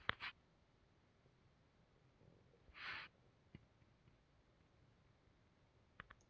ಪ್ರಾಣಿಸಾಕಾಣಿಕೆಯೊಳಗ ದನಗಳು, ಹಂದಿ, ಕುರಿ, ಮತ್ತ ಕೆಲವಂದುಸಲ ಕೋಳಿಗಳನ್ನು ಹಿಡಕೊಂಡ ಸತೇಕ ಜಾನುವಾರಗಳು ಅಂತ ಕರೇತಾರ